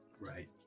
Right